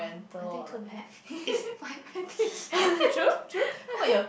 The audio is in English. I think too bad it's my wedding